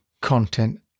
content